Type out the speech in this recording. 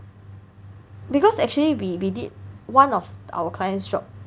because actually we we did one of our clients job